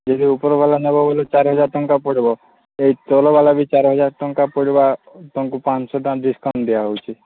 ଯଦି ଉପର ଵାଲା ନେବ ବୋଲେ ଚାରି ହଜାର ଟଙ୍କା ପଡ଼ବ ସେହି ତଲ ଵାଲା ବି ଚାରି ହଜାର ଟଙ୍କା ପଡ଼ିବା ଆଉ ତାଙ୍କୁ ପାଞ୍ଚଶହ ଟଙ୍କା ଡିସକାଉଣ୍ଟ୍ ଦିଆ ହେଉଛି